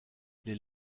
les